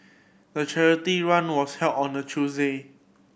the charity run was held on a Tuesday